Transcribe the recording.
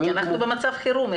כי אנחנו במצב חירום,